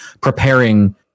preparing